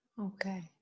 Okay